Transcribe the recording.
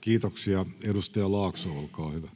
Kiitoksia. — Edustaja Laakso, olkaa hyvä.